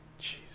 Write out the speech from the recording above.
Jeez